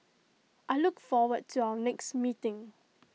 I look forward to our next meeting